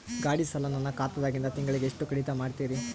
ಗಾಢಿ ಸಾಲ ನನ್ನ ಖಾತಾದಾಗಿಂದ ತಿಂಗಳಿಗೆ ಎಷ್ಟು ಕಡಿತ ಮಾಡ್ತಿರಿ?